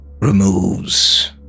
removes